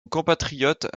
compatriote